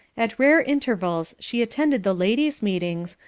at rare intervals she attended the ladies' meetings,